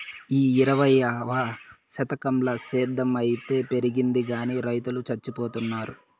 ఈ ఇరవైవ శతకంల సేద్ధం అయితే పెరిగింది గానీ రైతులు చచ్చిపోతున్నారు